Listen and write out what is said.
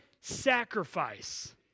sacrifice